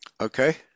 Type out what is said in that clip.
Okay